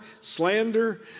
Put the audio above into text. slander